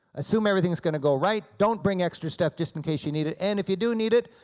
assume everything is going to go right, don't bring extra stuff just in case you need it and if you do need it,